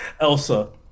Elsa